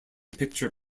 picture